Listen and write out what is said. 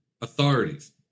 Authorities